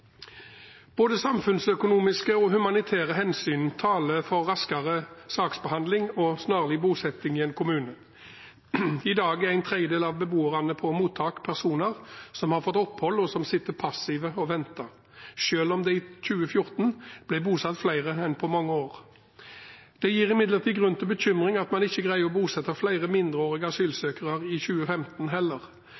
Både samfunnsøkonomiske og humanitære hensyn taler for raskere saksbehandling og snarlig bosetting i en kommune. I dag er en tredjedel av beboerne på mottak personer som har fått opphold, og som sitter passive og venter, selv om det i 2014 ble bosatt flere enn på mange år. Det gir imidlertid grunn til bekymring at man ikke greier å bosette flere mindreårige